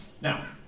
Now